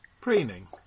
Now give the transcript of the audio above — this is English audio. Preening